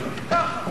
אתה טועה.